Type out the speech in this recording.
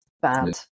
bad